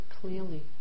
clearly